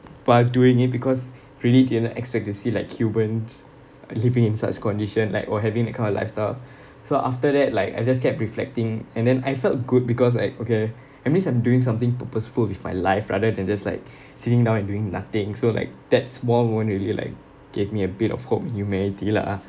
while doing it because really didn't expect to see like humans living in such condition like or having that kind of lifestyle so after that like I just kept reflecting and then I felt good because like okay that means I'm doing something purposeful with my life rather than just like sitting down and doing nothing so like that small moment really like gave me a bit of hope in humanity lah